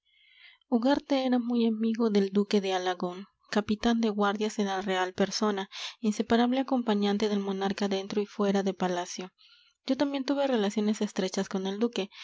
ugarte era muy amigo del duque de alagón capitán de guardias de la real persona inseparable acompañante del monarca dentro y fuera de palacio yo también tuve relaciones estrechas con el duque